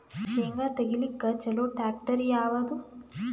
ಶೇಂಗಾ ತೆಗಿಲಿಕ್ಕ ಚಲೋ ಟ್ಯಾಕ್ಟರಿ ಯಾವಾದು?